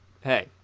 hey